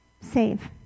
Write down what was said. save